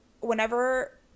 whenever